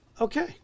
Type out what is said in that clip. okay